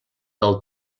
del